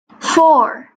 four